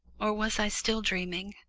or was i still dreaming?